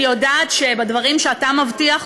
אני יודעת שבדברים שאתה מבטיח,